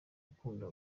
ukunda